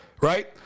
right